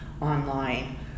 online